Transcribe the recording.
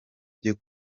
byo